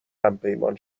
همپیمان